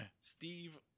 Steve